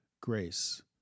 grace